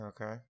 Okay